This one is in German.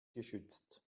geschützt